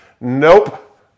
Nope